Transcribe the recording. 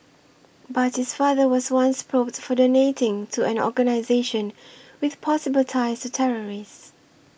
but his father was once probed for donating to an organisation with possible ties to terrorists